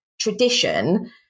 tradition